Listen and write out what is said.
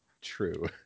True